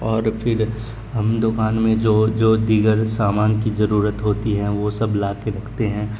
اور پھر ہم دوکان میں جو جو دیگر سامان کی ضرورت ہوتی ہیں وہ سب لا کے رکھتے ہیں